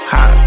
Hot